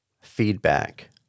feedback